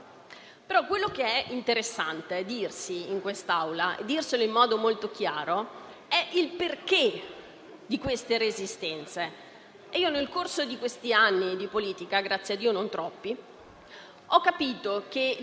Purtroppo mi sono resa conto, e questo l'ho vissuto personalmente, che molte delle resistenze dipendono anche da un modello pre-culturale che definisco un po' "machista".